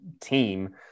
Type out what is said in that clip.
team